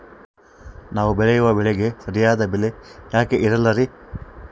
ನಾವು ಬೆಳೆಯುವ ಬೆಳೆಗೆ ಸರಿಯಾದ ಬೆಲೆ ಯಾಕೆ ಇರಲ್ಲಾರಿ?